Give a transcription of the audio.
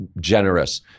generous